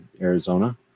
Arizona